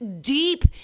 deep